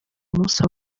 munsi